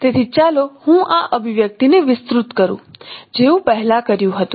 તેથી ચાલો હું આ અભિવ્યક્તિને વિસ્તૃત કરુ જેવું પહેલા કર્યું હતું